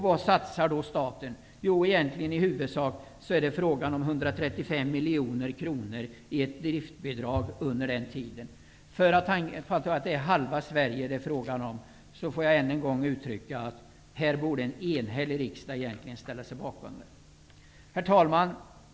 Vad satsar då staten? Eftersom det här gäller ungefär halva Sverige vill jag än en gång framhålla att egentligen en enhällig riksdag borde ställa sig bakom detta. Fru talman!